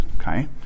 okay